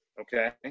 okay